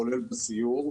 כולל בסיור,